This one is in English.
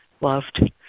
loved